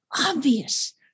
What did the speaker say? obvious